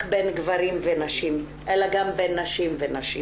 בין גברים ונשים אלא גם בין נשים ונשים.